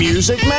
Music